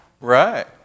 right